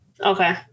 Okay